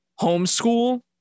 homeschool